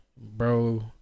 bro